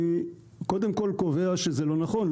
אני קודם כל קובע שזה לא נכון.